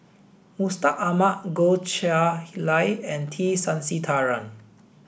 Mustaq Ahmad Goh Chiew Lye and T Sasitharan